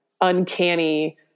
uncanny